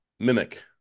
mimic